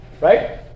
right